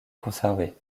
conservées